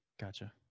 gotcha